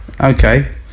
okay